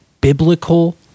biblical